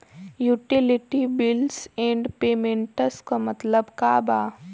Utility bills and payments क मतलब का बा?